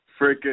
freaking